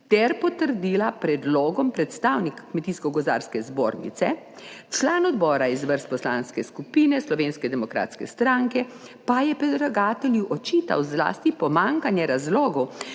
ter pritrdila predlogom predstavnika Kmetijsko gozdarske zbornice. Član odbora iz vrst Poslanske skupine Slovenske demokratske stranke pa je predlagatelju očital zlasti pomanjkanje razlogov